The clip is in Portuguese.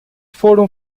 foram